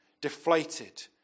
Deflated